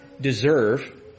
deserve